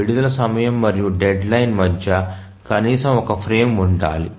విడుదల సమయం మరియు డెడ్ లైన్ మధ్య కనీసం ఒక ఫ్రేమ్ ఉండాలి